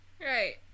Right